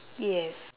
yes